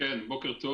בוקר טוב